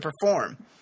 perform